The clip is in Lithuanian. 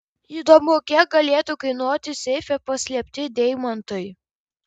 įdomu kiek galėtų kainuoti seife paslėpti deimantai